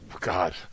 God